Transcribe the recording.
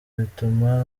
bituma